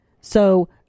So-